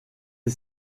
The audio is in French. les